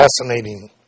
Fascinating